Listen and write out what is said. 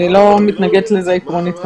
אני כמובן לא מתנגדת לזה עקרונית.